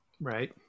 Right